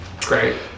Great